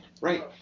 Right